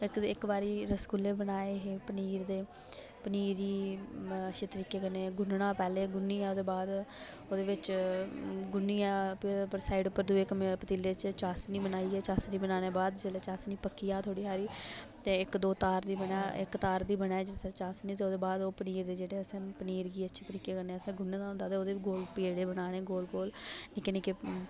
इक बारी रसगुल्ले बनाए हे पनीर दे पनीर गी अच्छे तरीके कन्नै गुन्नना ओह्दे बाद ओह्दे बिच्च गुन्नियै साईड उप्पर पतीले च चासनी बनाईयै चासनी बनानी दै बाद जिसलै चासनी पक्की जा थोह्ड़ी हारी इक तार दी बनै जिसलै चासनी ते ओह्दै बाद पनीर गी असैं अच्चे तरीके कन्नै असैं गुन्ने दा होंदा ते असैं पेड़े बनाने गोल गोल निक्के निक्के